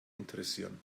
interessieren